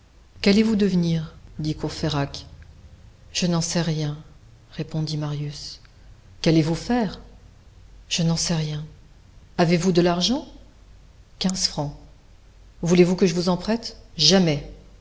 qu'allez-vous devenir dit courfeyrac je n'en sais rien répondit marius qu'allez-vous faire je n'en sais rien avez-vous de l'argent quinze francs voulez-vous que je vous en prête jamais